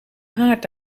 haard